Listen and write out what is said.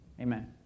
Amen